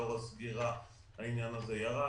אבל לאור הסגירה העניין הזה ירד.